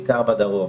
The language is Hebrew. בעיקר בדרום,